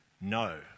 No